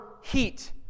heat